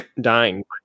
dying